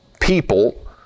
people